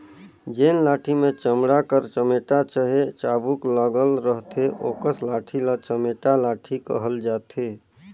जेन लाठी मे चमड़ा कर चमेटा चहे चाबूक लगल रहथे ओकस लाठी ल चमेटा लाठी कहल जाथे